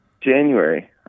January